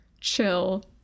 chill